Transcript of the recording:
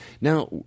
Now